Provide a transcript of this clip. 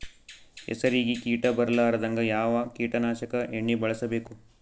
ಹೆಸರಿಗಿ ಕೀಟ ಬರಲಾರದಂಗ ಯಾವ ಕೀಟನಾಶಕ ಎಣ್ಣಿಬಳಸಬೇಕು?